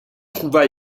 trouva